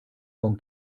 con